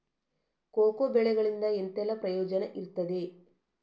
Cocoa ಬೆಳೆಗಳಿಂದ ಎಂತೆಲ್ಲ ಪ್ರಯೋಜನ ಇರ್ತದೆ?